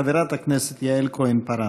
חברת הכנסת יעל כהן-פארן.